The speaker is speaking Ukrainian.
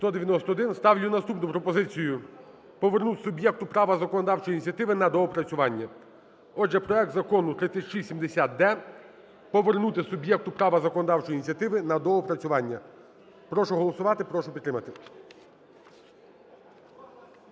Ставлю наступну пропозицію. Повернути суб'єкту права законодавчої ініціативи на доопрацювання. Отже, проект Закону 3670-д повернути суб'єкту права законодавчої ініціативи на доопрацювання. Прошу голосувати, прошу підтримати.